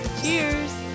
Cheers